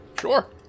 sure